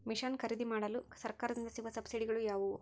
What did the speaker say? Mission ಖರೇದಿಮಾಡಲು ಸರಕಾರದಿಂದ ಸಿಗುವ ಸಬ್ಸಿಡಿಗಳು ಯಾವುವು?